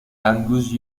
angus